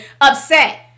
upset